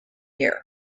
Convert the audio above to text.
year